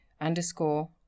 underscore